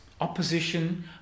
opposition